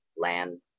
Land